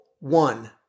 one